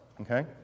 Okay